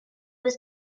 was